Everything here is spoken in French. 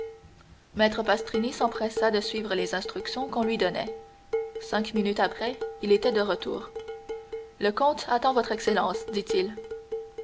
maître pastrini s'empressa de suivre les instructions qu'on lui donnait cinq minutes après il était de retour le comte attend votre excellence dit-il